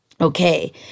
okay